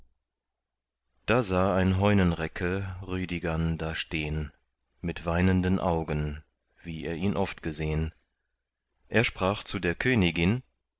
da sah ein heunenrecke rüdigern da stehn mit weinenden augen wie er ihn oft gesehn er sprach zu der königin